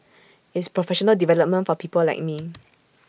it's professional development for people like me